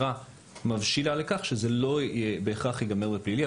שהחקירה מבשילה לכך שזה לא בהכרח ייגמר בפלילי.